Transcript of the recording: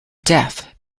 deaf